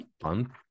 fun